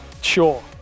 Sure